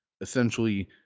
essentially